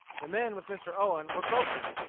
the men with mr. owen were boatmen,